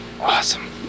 Awesome